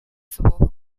свого